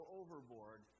overboard